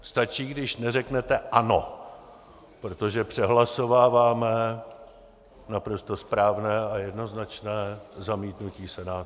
Stačí, když neřeknete ano, protože přehlasováváme naprosto správné a jednoznačné zamítnutí Senátu.